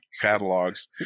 catalogs